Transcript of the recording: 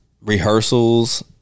rehearsals